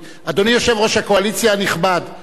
אדוני יושב-ראש הקואליציה הנכבד,